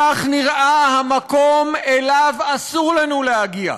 כך נראה המקום שאליו אסור לנו להגיע.